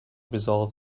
resolve